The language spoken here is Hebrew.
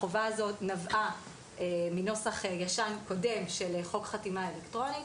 החובה הזאת נבעה מנוסח ישן קודם של חוק חתימה אלקטרונית.